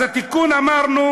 אז התיקון, אמרנו